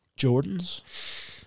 Jordans